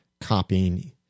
copying